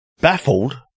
baffled